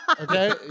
Okay